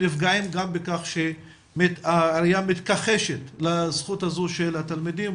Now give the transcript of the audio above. נפגעים גם בכך שהעירייה מתכחשת לזכות הזו של התלמידים,